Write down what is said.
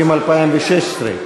שנייה.